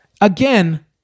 again